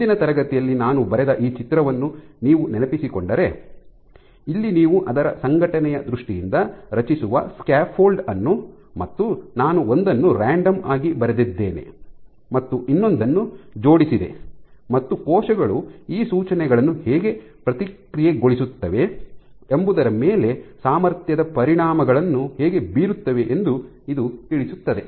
ಹಿಂದಿನ ತರಗತಿಯಲ್ಲಿ ನಾನು ಬರೆದ ಈ ಚಿತ್ರವನ್ನು ನೀವು ನೆನಪಿಸಿಕೊಂಡರೆ ಇಲ್ಲಿ ನೀವು ಅದರ ಸಂಘಟನೆಯ ದೃಷ್ಟಿಯಿಂದ ರಚಿಸುವ ಸ್ಕ್ಯಾಫೋಲ್ಡ್ ಅನ್ನು ಮತ್ತು ನಾನು ಒಂದನ್ನು ರಾಂಡಮ್ ಆಗಿ ಬರೆದಿದ್ದೇನೆ ಮತ್ತು ಇನ್ನೊಂದನ್ನು ಜೋಡಿಸಿದೆ ಮತ್ತು ಕೋಶಗಳು ಈ ಸೂಚನೆಗಳನ್ನು ಹೇಗೆ ಪ್ರಕ್ರಿಯೆಗೊಳಿಸುತ್ತವೆ ಎಂಬುದರ ಮೇಲೆ ಸಾಮರ್ಥ್ಯದ ಪರಿಣಾಮಗಳನ್ನು ಹೇಗೆ ಬೀರುತ್ತವೆ ಎಂದು ಇದು ತಿಳಿಸುತ್ತದೆ